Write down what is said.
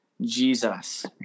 Jesus